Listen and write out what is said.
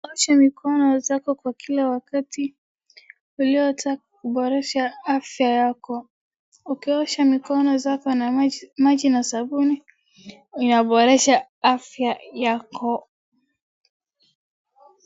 Kuosha mikono zako kwa kila wakati uliotaka kuboresha afya yako, ukiosha mikono yako na maji na sabuni inaboresha afya yako.